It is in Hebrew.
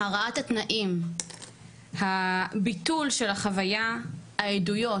הרעת התנאים, הביטול של החוויה, העדויות,